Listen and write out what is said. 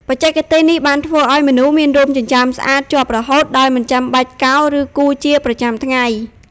បច្ចេកទេសនេះបានធ្វើឲ្យមនុស្សមានរោមចិញ្ចើមស្អាតជាប់រហូត ដោយមិនចាំបាច់កោរ ឬគូរជាប្រចាំថ្ងៃ។